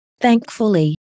Thankfully